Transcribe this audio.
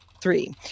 three